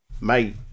Mate